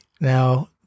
now